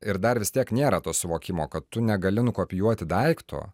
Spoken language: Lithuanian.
ir dabar vis tiek nėra to suvokimo kad tu negali nukopijuoti daikto